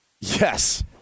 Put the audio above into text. Yes